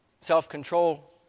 Self-control